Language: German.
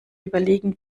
überlegen